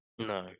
No